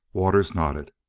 waters nodded.